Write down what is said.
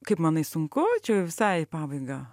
kaip manai sunku čia jau visai į pabaigą